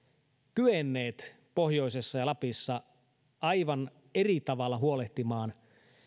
kyenneet pohjoisessa ja lapissa aivan eri tavalla huolehtimaan